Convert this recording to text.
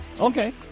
Okay